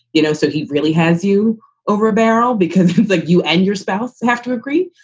you know? so he really has you over a barrel because like you and your spouse have to agree.